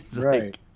Right